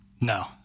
No